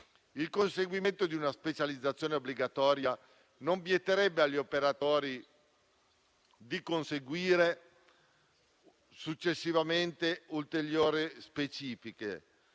Il conseguimento di una specializzazione obbligatoria non vieterebbe agli operatori di conseguire successivamente ulteriori specifiche,